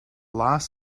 last